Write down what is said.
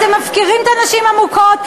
אתם מפקירים את הנשים המוכות.